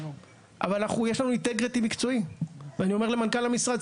אבל יש לנו אינטגריטי מקצועי ואני אומר למנכ"ל המשרד,